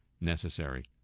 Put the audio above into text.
necessary